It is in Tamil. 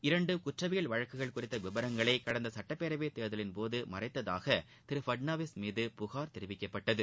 இரண்டு குற்றவியல் வழக்குகள் குறித்த விவரங்களை கடந்த சுட்டப் பேரவைத் தேர்தலின் போது மறைத்ததாக திரு பட்னாவிஸ் மீது புகார் தெரிவிக்கப்பட்டது